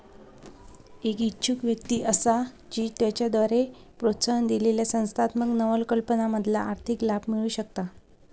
एक इच्छुक व्यक्ती असा जी त्याच्याद्वारे प्रोत्साहन दिलेल्या संस्थात्मक नवकल्पनांमधना आर्थिक लाभ मिळवु शकता